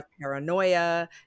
paranoia